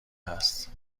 هست